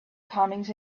comings